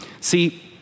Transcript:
See